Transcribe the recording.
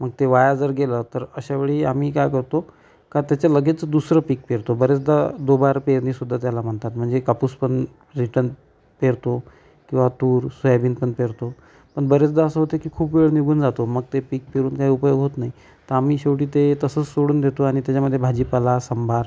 मग ते वाया जर गेलं तर अशा वेळी आम्ही काय करतो का त्याचं लगेच दुसरं पीक पेरतो बर्याचदा दोबार पेरणीसुद्धा त्याला म्हणतात म्हणजे कापूस पण रिटर्न पेरतो किंवा तूर सोयाबीन पण पेरतो पण बरेचदा असं होतं की खूप वेळ निघून जातो मग ते पीक पेरून काही उपयोग होत नाही तर आम्ही शेवटी ते तसंच सोडून देतो आणि त्याच्यामध्ये भाजीपाला संभार